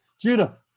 Judah